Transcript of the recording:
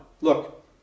look